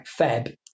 Feb